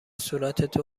صورتت